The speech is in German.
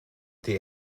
die